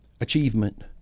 achievement